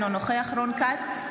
אינו נוכח רון כץ,